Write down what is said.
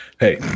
Hey